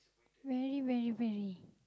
very very very